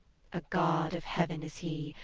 a god of heaven is he,